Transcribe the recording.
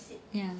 ya